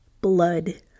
blood